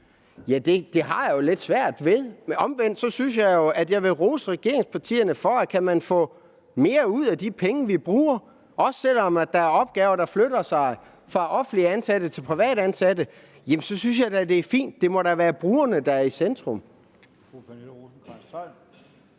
Det har jeg jo lidt svært ved, men omvendt synes jeg jo, at jeg vil rose regeringspartierne, for kan man få mere ud af de penge, vi bruger – også selv om der er opgaver, der flytter fra de offentligt ansatte til de private – så synes jeg da, det er fint. Det må være brugerne, der er i centrum.